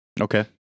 Okay